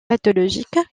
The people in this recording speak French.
pathologique